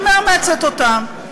ומאמצת אותם.